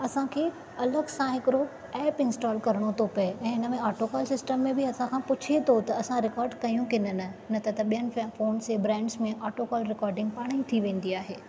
असां खे अलॻि सां हिकड़ो एप इंस्टॉल करणो थो पवे ऐं हिन में ऑटोकाल सिस्टम में बि असां खां पुछे थो त असां रिकार्ड कयूं कि न न न त त ॿियनि फ़ोन्स जे ब्रांड्स में ऑटोकाल रिकॉडिंग पाण ई थी वेंदी आहे